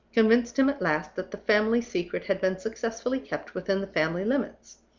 convinced him at last that the family secret had been successfully kept within the family limits.